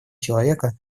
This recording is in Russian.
человека